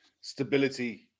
stability